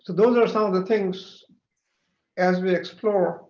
those are some of the things as we explore